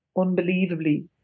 unbelievably